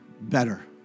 better